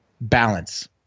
balance